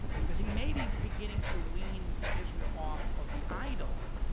because he may be beginning to ween israel off of the idol